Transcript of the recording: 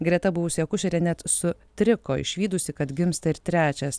greta buvusi akušerė net sutriko išvydusi kad gimsta ir trečias